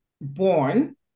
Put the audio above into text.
born